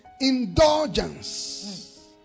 Indulgence